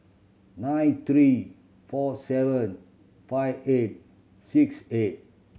nine three four seven five eight six eight